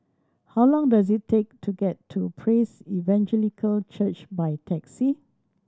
how long does it take to get to Praise Evangelical Church by taxi